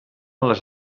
les